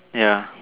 ya